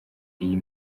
iyi